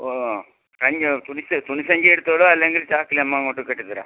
ഓ അഞ്ഞൂറ് തുണി തുണി സഞ്ചി എടുത്തോളൂ അല്ലെങ്കിൽ ചാക്കിൽ നമ്മൾ അങ്ങോട്ട് കെട്ടിത്തെരാം